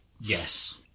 Yes